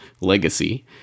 legacy